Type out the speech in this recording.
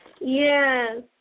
Yes